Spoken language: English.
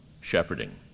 shepherding